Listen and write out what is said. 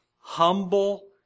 humble